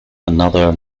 another